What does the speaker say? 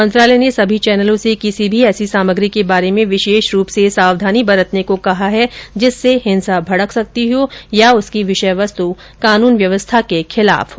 मंत्रालय ने सभी चैनलों से किसी भी ऐसी सामग्री के बारे में विशेष रूप से सावधानी बरतने को कहाहै जिससे हिंसा भड़क सकती हो या उसकी विषय वस्तु कानून व्यवस्था के खिलाफ हो